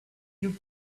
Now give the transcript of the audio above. you